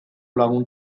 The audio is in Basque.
lagun